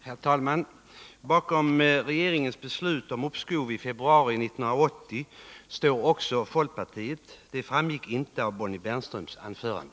Herr talman! Bakom regeringens beslut om uppskov i februari 1980 står också folkpartiet. Det framgick inte av Bonnie Bernströms anförande.